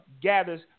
gathers